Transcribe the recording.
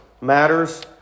matters